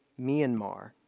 Myanmar